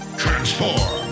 transform